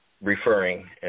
referring